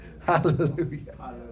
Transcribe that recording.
Hallelujah